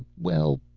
well.